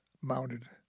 mounted